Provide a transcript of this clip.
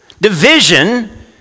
division